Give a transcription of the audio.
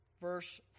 verse